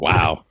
Wow